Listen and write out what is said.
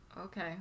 Okay